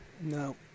No